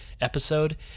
episode